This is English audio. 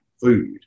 food